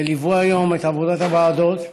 וליוו היום את עבודת הוועדות.